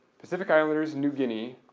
pacific islanders and new guinea,